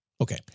Okay